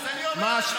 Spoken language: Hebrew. אז אני אומר לך,